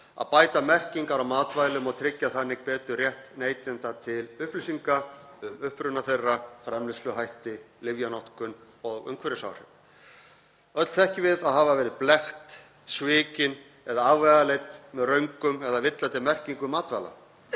að bæta merkingar á matvælum og tryggja þannig betur rétt neytenda til upplýsinga um uppruna þeirra, framleiðsluhætti, lyfjanotkun og umhverfisáhrif. Öll þekkjum við að hafa verið blekkt, svikin eða afvegaleidd með röngum eða villandi merkingum matvæla.